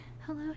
hello